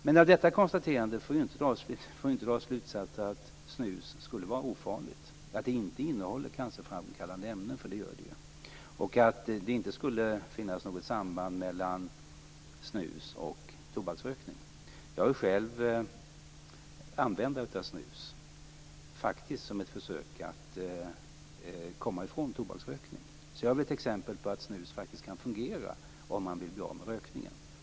Med detta konstaterande får vi inte dra slutsatsen att snus skulle vara ofarligt, att det inte innehåller cancerframkallande ämnen - det gör det ju - och att det inte skulle finnas något samband mellan snus och tobaksrökning. Jag är själv användare av snus - faktiskt som ett försök att komma ifrån tobaksrökning. Jag är ett exempel på att snus faktiskt kan fungera om man vill sluta röka.